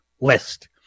list